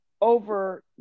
over